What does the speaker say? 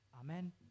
Amen